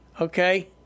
okay